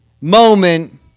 moment